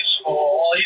school